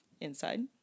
inside